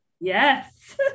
Yes